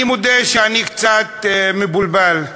אני מודה שאני קצת מבולבל.